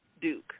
duke